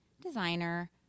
designer